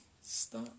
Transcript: stop